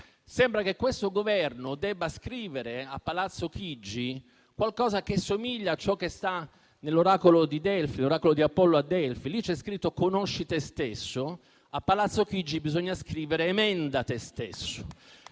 Sembra che questo Governo debba scrivere a Palazzo Chigi qualcosa che somiglia a ciò che sta nell'oracolo di Apollo a Delfi. Lì c'è scritto «conosci te stesso», a Palazzo Chigi bisogna scrivere emenda te stesso.